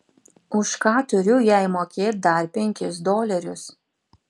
už ką turiu jai mokėt dar penkis dolerius